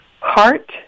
heart